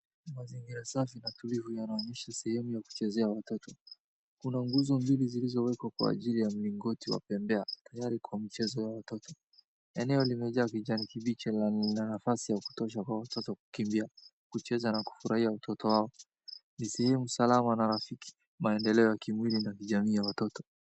Mazingira safi na tulivu yanaonyesha sehemu ya kuchezea ya watoto. Kuna nguzo mbili zilizowekwa kwa ajili ya mlingoti wa bembea tayari kwa mchezo wa watoto. Eneo limejaa kijani kibichi na lina nafasi ya kutosha kwa watoto kukimbia, kucheza na kufurahia utoto wao. Ni sehemu salama na rafiki maendeleo ya kimwili na kijamii ya watoto.